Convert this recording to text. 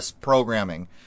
programming